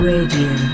Radio